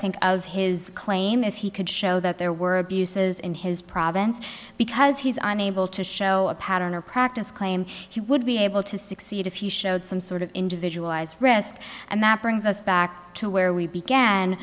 think of his claim if he could show that there were abuses in his province because he's on able to show a pattern or practice claim he would be able to succeed if he showed some sort of individual eyes risk and that brings us back to where we began